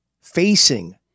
facing